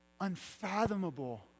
unfathomable